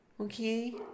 Okay